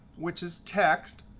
which is text.